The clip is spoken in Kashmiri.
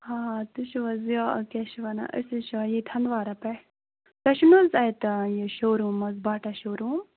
ہاں تُہۍ چھُو حظ یہِ کیٛاہ چھِ وَنان أسۍ حظ چھِ ییٚتہِ ہنٛدوارہ پٮ۪ٹھ تۄہہِ چھُو نہٕ حظ اَتہِ یہِ شو روٗم حظ باٹا شو روٗم